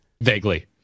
Vaguely